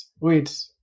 wait